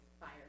fire